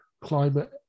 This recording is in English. climate